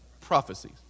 Prophecies